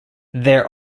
there